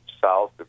south